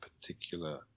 particular